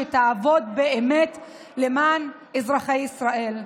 שתעבוד באמת למען אזרחי ישראל.